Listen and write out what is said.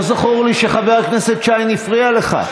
לא זכור לי שחבר הכנסת שיין הפריע לך.